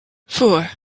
four